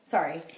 Sorry